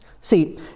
See